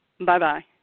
Bye-bye